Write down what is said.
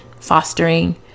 fostering